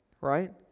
right